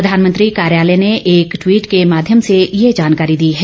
प्रधानमंत्री कार्यालय ने एक ट्वीट के माध्यम से ये जानकारी दी है